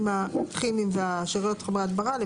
אולי משרד החקלאות יודע,